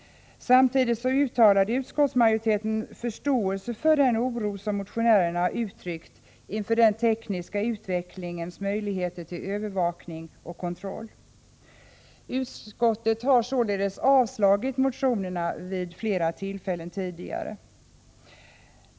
Samtidigt uttalade utskottsmajoriteten förståelse för den oro som motionärerna uttryckt inför den tekniska utvecklingens möjligheter till övervakning och kontroll. Utskottet har således avstyrkt motionerna vid flera tidigare tillfällen.